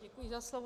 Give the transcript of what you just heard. Děkuji za slovo.